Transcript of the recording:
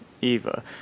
eva